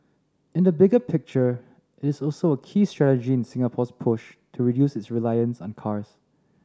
in the bigger picture it is also a key strategy in Singapore's push to reduce its reliance on cars